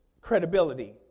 credibility